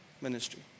ministry